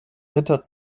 ritter